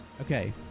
Okay